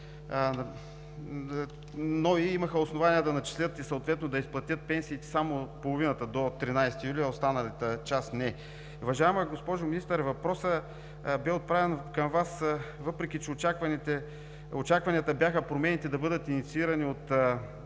НОИ имаха основание да начислят и съответно да изплатят само половината пенсии – до 13 юли, а останалата част не. Уважаема госпожо Министър, въпросът бе отправен към Вас, въпреки че очакванията бяха промените да бъдат инициирани от